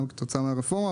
גם כתוצאה מהרפורמה,